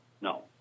No